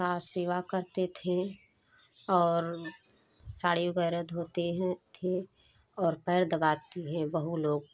का सेवा करते थे और साड़ी वगैरह धोते हैं थे और पैर दबाते हैं बहू लोग